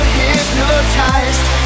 hypnotized